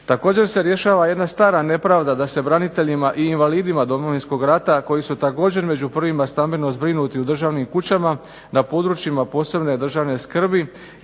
Također se rješava jedna stara nepravda da se braniteljima i invalidima Domovinskog rata, koji su također među prvima stambeno zbrinuti u državnim kućama, na područjima posebne državne skrbi,